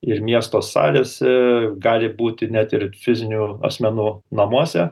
ir miesto salėse gali būti net ir fizinių asmenų namuose